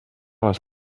les